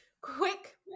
Quick